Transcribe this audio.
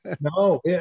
No